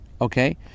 Okay